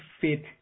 fit